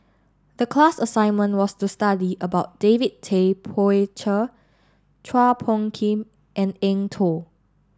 the class assignment was to study about David Tay Poey Cher Chua Phung Kim and Eng Tow